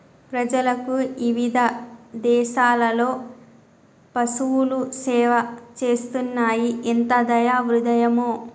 ప్రజలకు ఇవిధ దేసాలలో పసువులు సేవ చేస్తున్నాయి ఎంత దయా హృదయమో